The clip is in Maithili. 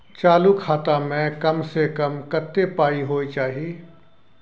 चालू खाता में कम से कम कत्ते पाई होय चाही?